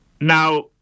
Now